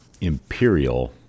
Imperial